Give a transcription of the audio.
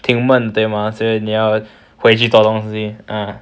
挺闷对 mah 所以你要回去找东西 ah